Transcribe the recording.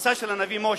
השמצה של הנביא משה,